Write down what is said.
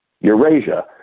Eurasia